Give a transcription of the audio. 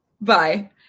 bye